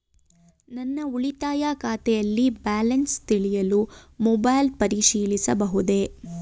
ನನ್ನ ಉಳಿತಾಯ ಖಾತೆಯಲ್ಲಿ ಬ್ಯಾಲೆನ್ಸ ತಿಳಿಯಲು ಮೊಬೈಲ್ ಪರಿಶೀಲಿಸಬಹುದೇ?